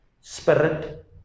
spirit